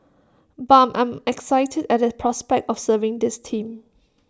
but I'm excited at the prospect of serving this team